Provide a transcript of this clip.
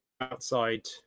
Outside